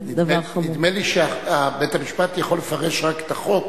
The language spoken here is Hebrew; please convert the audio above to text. נדמה לי שבית-המשפט יכול לפרש רק את החוק,